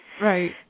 Right